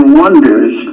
wonders